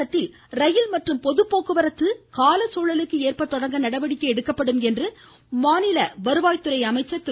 தமிழகத்தில் ரயில் மற்றும் பொது போக்குவரத்து கால சூழலுக்கு ஏற்ப தொடங்க நடவடிக்கை எடுக்கப்படும் என்று மாநில வருவாய் துறை அமைச்சர் திரு